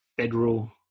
federal